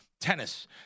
tennis